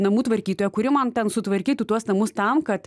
namų tvarkytoją kuri man ten sutvarkytų tuos namus tam kad